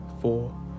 four